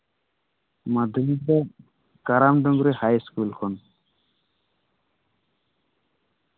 ᱢᱟᱫᱽᱫᱷᱚᱢᱤᱠ ᱫᱚ ᱠᱟᱨᱟᱢ ᱰᱩᱝᱨᱤ ᱦᱟᱭ ᱤᱥᱠᱩᱞ ᱠᱷᱚᱱ